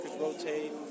rotate